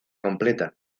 completa